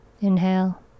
Inhale